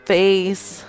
face